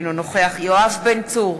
אינו נוכח יואב בן צור,